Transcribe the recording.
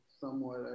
somewhat